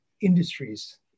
industries